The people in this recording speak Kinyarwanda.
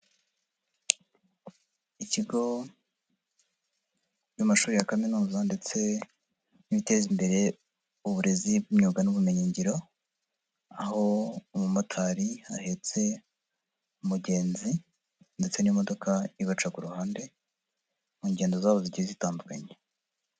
Ikigo by'amashuri ya kaminuza ndetse n'ibiteza imbere uburezi bw'imyuga n'ubumenyingiro, aho umumotari ahetse umugenzi ndetse n'imodoka ibaca ku ruhande, mu ngendo zabo zigiye zitandukanye.